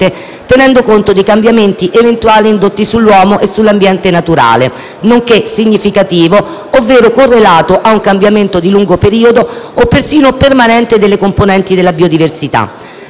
(tenendo conto di cambiamenti eventuali indotti sull'uomo e sull'ambiente naturale), nonché significativo, ovvero correlato a un cambiamento di lungo periodo o persino permanente delle componenti della biodiversità.